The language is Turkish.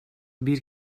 bir